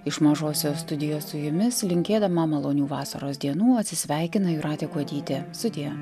iš mažosios studijos su jumis linkėdama malonių vasaros dienų atsisveikina jūratė kuodytė sudie